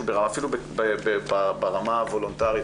אפילו ברמה הוולונטרית.